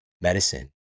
medicine